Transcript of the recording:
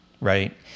right